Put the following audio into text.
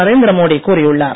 நரேந்திர மோடி கூறியுள்ளார்